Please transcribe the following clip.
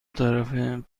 طرفه